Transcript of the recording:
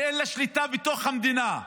שאין לה שליטה בתוך המדינה.